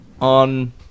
on